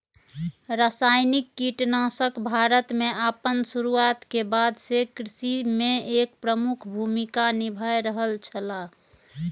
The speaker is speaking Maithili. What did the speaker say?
रासायनिक कीटनाशक भारत में आपन शुरुआत के बाद से कृषि में एक प्रमुख भूमिका निभाय रहल छला